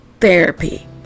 therapy